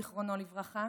זיכרונו לברכה,